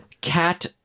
Cat